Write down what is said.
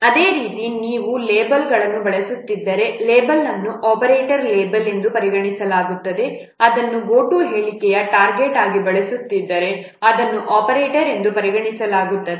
ಅದೇ ರೀತಿ ನೀವು ಲೇಬಲ್ಗಳನ್ನು ಬಳಸುತ್ತಿದ್ದರೆ ಲೇಬಲ್ ಅನ್ನು ಆಪರೇಟರ್ ಲೇಬಲ್ ಎಂದು ಪರಿಗಣಿಸಲಾಗುತ್ತದೆ ಅದನ್ನು GOTO ಹೇಳಿಕೆಯ ಟಾರ್ಗೆಟ್ ಆಗಿ ಬಳಸಿದರೆ ಅದನ್ನು ಆಪರೇಟರ್ ಎಂದು ಪರಿಗಣಿಸಲಾಗುತ್ತದೆ